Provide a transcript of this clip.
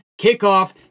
kickoff